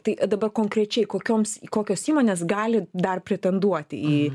tai dabar konkrečiai kokioms kokios įmonės gali dar pretenduoti į